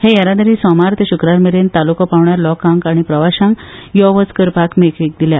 ही येरादारी सोमार ते शुक्रार मेरेन तालुको पावण्यार लोकांक आनी प्रवाशांक यो वच करपाक मेकळीक दिल्या